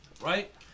right